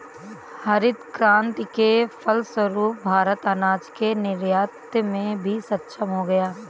हरित क्रांति के फलस्वरूप भारत अनाज के निर्यात में भी सक्षम हो गया